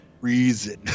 reason